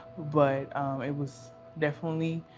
but it was definitely